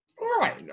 Right